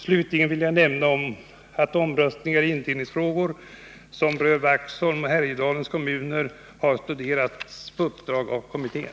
Slutligen vill jag nämna att omröstningar i indelningsfrågor som rör Vaxholms och Härjedalens kommuner har studerats på uppdrag av kommittén.